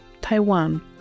Taiwan